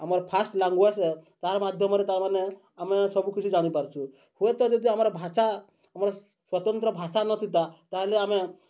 ଆମର first language ତାର ମାଧ୍ୟମରେ ତାମାନେ ଆମେ ସବୁକିଛି ଜାଣିପାରୁଛୁ ହୁଏତ ଯଦି ଆମର ଭାଷା ଆମର ସ୍ୱତନ୍ତ୍ର ଭାଷା ନଥିତା ତାହେଲେ ଆମେ